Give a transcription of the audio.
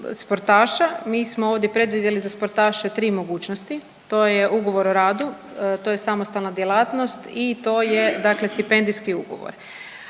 mi smo ovdje predvidjeli za sportaše tri mogućnosti, to je ugovor o radu, to je samostalna djelatnosti i to je dakle stipendijski ugovor.